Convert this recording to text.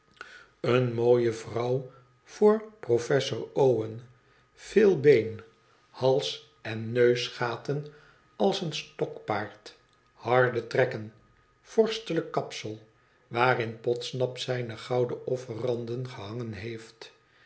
eene mooie vrouw voor professor o wen veel been hals en neusgaten als een stokpaard harde trekken vorstelijk kapsel waarin podsnap zijne gouden offeranden gehangen heeft